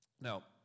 Now